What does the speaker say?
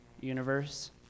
universe